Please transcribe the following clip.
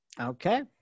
Okay